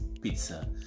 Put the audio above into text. Pizza